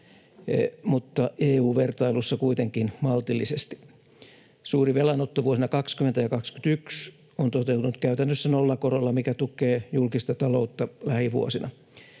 mutta EU-vertailussa kuitenkin maltillisesti. Suuri velanotto vuosina 20 ja 21 on toteutunut käytännössä nollakorolla, mikä tukee julkista taloutta lähivuosina.